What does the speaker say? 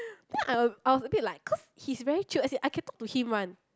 then I'm I was a bit like cause he's very chilled as in I can talk to him one